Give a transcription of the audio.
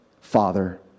Father